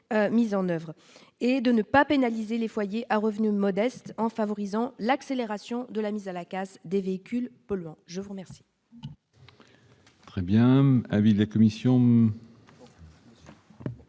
Mise en oeuvre et de ne pas pénaliser les foyers à revenus modestes, en favorisant l'accélération de la mise à la casse des véhicules polluants, je vous remercie.